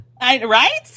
Right